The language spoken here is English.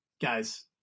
guys